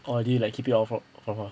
or do you like keep it all fro~ from her